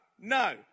No